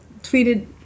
tweeted